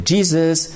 Jesus